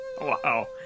wow